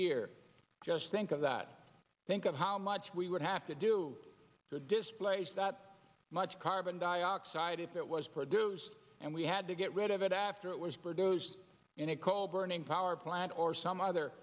year just think of that think of how much we would have to do to displace that much carbon dioxide if it was produced and we had to get rid of it after it was produced in a coal burning power plant or some other